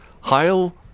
Heil